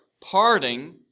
parting